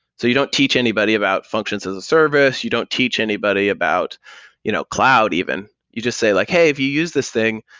so you don't teach anybody about functions as a service. you don't teach anybody about you know cloud even. you just say like, hey, if you use this thing,